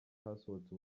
hasohotse